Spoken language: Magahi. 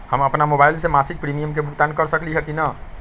हम अपन मोबाइल से मासिक प्रीमियम के भुगतान कर सकली ह की न?